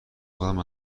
کدام